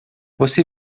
você